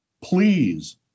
please